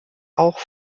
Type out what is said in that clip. auch